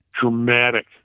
dramatic